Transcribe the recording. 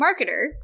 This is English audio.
marketer